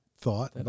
thought